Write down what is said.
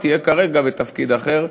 שתהיה כרגע בתפקיד אחר,